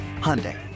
Hyundai